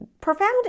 profound